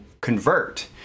convert